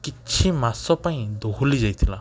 କିଛି ମାସ ପାଇଁ ଦୋହଲି ଯାଇଥିଲା